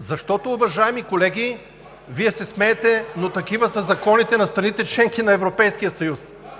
срам?“) Уважаеми колеги, Вие се смеете, но такива са законите на страните – членки на Европейския съюз. (Реплики от